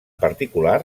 particular